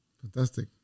Fantastic